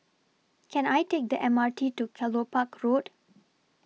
Can I Take The M R T to Kelopak Road